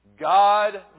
God